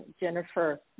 Jennifer